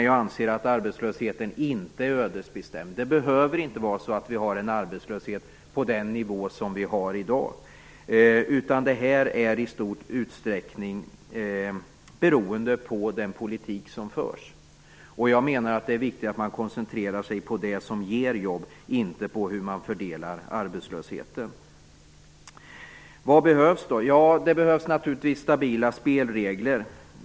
Jag anser att arbetslösheten inte är ödesbestämd. Arbetslösheten behöver inte ligga på den nivå som den i dag ligger på. I stor utsträckning beror detta på den politik som förs. Det är viktigt att koncentrera sig på det som ger jobb, inte på hur man fördelar arbetslösheten. Vad behövs då? Ja, det behövs naturligtvis stabila spelregler.